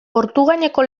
portugaineko